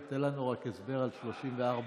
אופיר, תן לנו רק הסבר על 34 שרים.